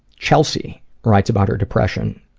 chelsea writes about her depression.